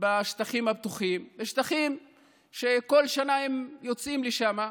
בשטחים הפתוחים, שטחים שכל שנה הם יוצאים אליהם.